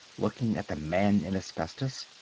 looking at the man in asbestos,